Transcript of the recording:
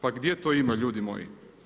Pa gdje to ima ljudi moji!